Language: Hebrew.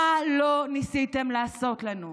מה לא ניסיתם לעשות לנו: